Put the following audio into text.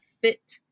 fit